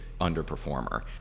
underperformer